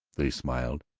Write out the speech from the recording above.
they smiled.